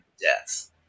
death